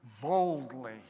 boldly